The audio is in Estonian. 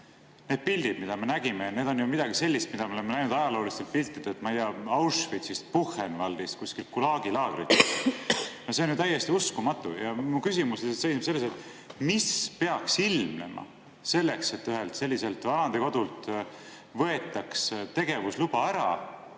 Need pildid, mida me nägime, need on midagi sellist, mida me oleme näinud ajaloolistelt piltidelt, ma ei tea, Auschwitzist, Buchenwaldist, kuskilt Gulagi laagritest. No see on ju täiesti uskumatu! Mu küsimus seisneb selles, et mis peaks ilmnema selleks, et ühelt selliselt vanadekodult võetaks tegevusluba ära.